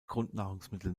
grundnahrungsmittel